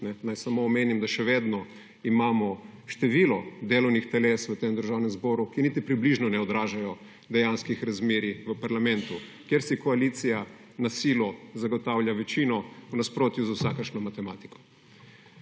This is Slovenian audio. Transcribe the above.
Naj samo omenim, da še vedno imamo število delovnih teles v tem Državnem zboru, ki niti približno ne odražajo dejanskih razmerij v parlamentu, kjer si koalicija na silo zagotavlja večino v nasprotju z vsakršno matematiko.